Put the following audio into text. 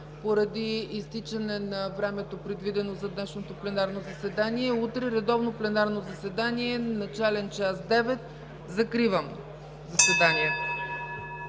поради изтичане на времето, предвидено за днешното пленарно заседание. Утре редовно пленарно заседание с начален час 9,00 ч. Закривам заседанието.